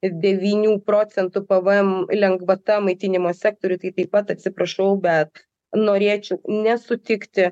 devynių procentų pvm lengvata maitinimo sektoriui tai taip pat atsiprašau bet norėčiau nesutikti